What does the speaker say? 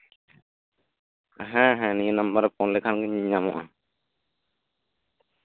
ᱦᱮᱸ ᱦᱮᱸ ᱱᱤᱭᱟᱹ ᱱᱟᱢᱵᱟᱨ ᱨᱮᱢ ᱯᱷᱳᱱ ᱞᱮᱠᱷᱟᱱ ᱜᱮ ᱧᱟᱢᱚᱜᱼᱟ